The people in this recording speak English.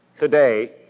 today